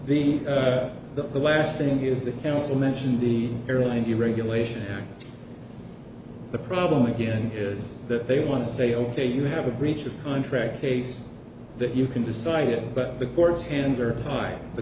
the the last thing is the council mentioned the airline deregulation and the problem again is that they want to say ok you have a breach of contract case that you can decide it but the board's hands are tied the